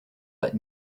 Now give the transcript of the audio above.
but